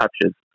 touches